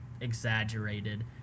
exaggerated